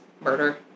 murder